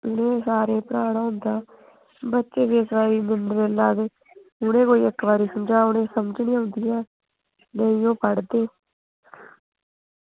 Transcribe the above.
ते उनें ई सारें ई पढ़ाना होगा बच्चे सारे इस बारी निल्ल आये दे उनें ई कोई इक्क बारी समझाओ समझ निं औंदी ऐ नेईं ओह् पढ़दे